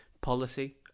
policy